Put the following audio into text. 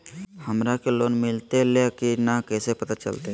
हमरा के लोन मिलता ले की न कैसे पता चलते?